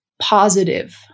positive